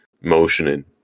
motioning